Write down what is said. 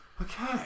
Okay